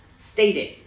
stated